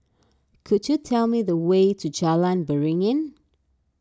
could you tell me the way to Jalan Beringin